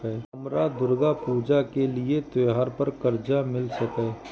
हमरा दुर्गा पूजा के लिए त्योहार पर कर्जा मिल सकय?